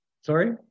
Sorry